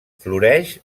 floreix